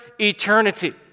eternity